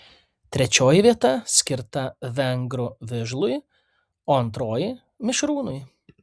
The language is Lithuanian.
trečioji vieta skirta vengrų vižlui o antroji mišrūnui